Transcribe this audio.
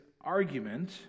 argument